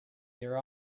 their